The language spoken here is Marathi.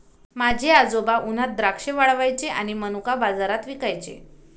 माझे आजोबा उन्हात द्राक्षे वाळवायचे आणि मनुका बाजारात विकायचे